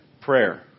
prayer